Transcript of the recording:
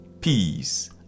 peace